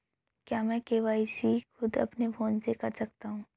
क्या मैं के.वाई.सी खुद अपने फोन से कर सकता हूँ?